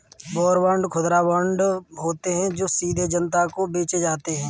war bond खुदरा bond होते हैं जो सीधे जनता को बेचे जाते हैं